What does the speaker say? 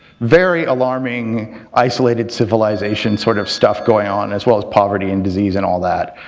very alarming, isolated civilization sort of stuff going on, as well as poverty and disease and all that.